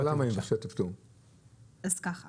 מדובר